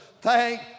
Thank